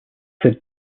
cette